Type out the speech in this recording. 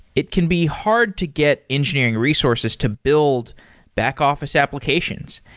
it can be hard to get engineering resources to build back-office applications,